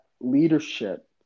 leadership